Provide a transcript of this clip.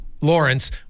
Lawrence